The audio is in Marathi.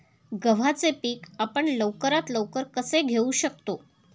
गव्हाचे पीक आपण लवकरात लवकर कसे घेऊ शकतो?